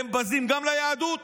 הם בזים גם ליהדות